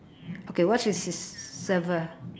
okay what's with she's surfe~